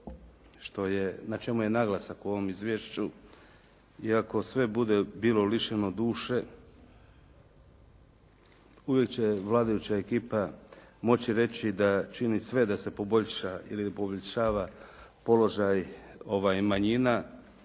na čemu je naglasak u ovom izvješću i ako sve bude bilo lišeno duše, uvijek će vladajuća ekipa moći reći da čini sve da se poboljša ili poboljšava položaj manjina.